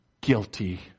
guilty